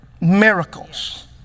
miracles